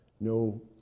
no